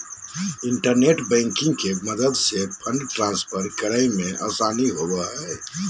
internet banking के मदद से फंड ट्रांसफर करे मे आसानी होवो हय